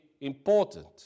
important